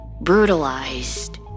Brutalized